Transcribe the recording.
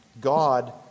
God